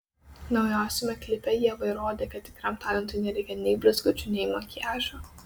naujausiame klipe ieva įrodė kad tikram talentui nereikia nei blizgučių nei makiažo